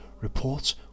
reports